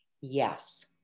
Yes